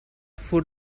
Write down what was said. food